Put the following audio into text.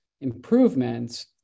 improvements